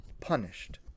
punished